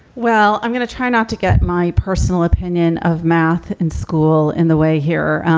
well, i'm going to try not to get my personal opinion of math in school in the way here,